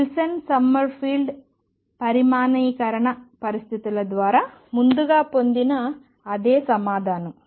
Wilson Sommerfeld పరిమాణీకరణ పరిస్థితుల ద్వారా ముందుగా పొందిన అదే సమాధానం